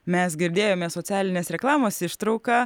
mes girdėjome socialinės reklamos ištrauką